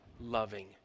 loving